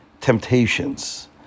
temptations